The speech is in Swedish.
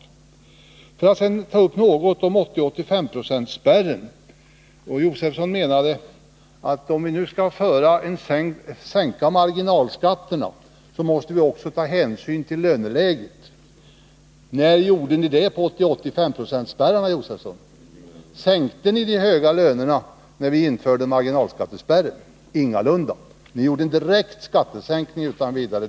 Jag vill också säga några ord om 80-85-procentsspärren. Herr Josefson menade att om vi nu skall sänka marginalskatterna måste vi också ta hänsyn till löneläget. När gjorde ni det i fråga om 80-85 procentsspärren, herr Josefson? Sänkte ni de höga lönerna när ni införde marginalskattespärren? Ingalunda — ni gjorde en direkt skattesänkning utan vidare.